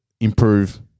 improve